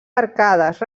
arcades